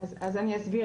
אז אני אסביר.